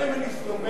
גם אם אני סומך,